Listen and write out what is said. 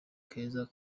keza